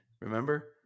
remember